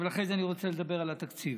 אבל אחרי זה אני רוצה לדבר על התקציב.